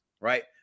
right